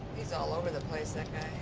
he's all over the place, that guy.